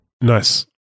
Nice